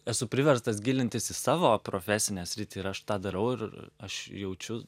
esu priverstas gilintis į savo profesinę sritį ir aš tą darau ir aš jaučiu